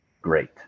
great